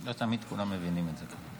לא תמיד כולם מבינים את זה כאן.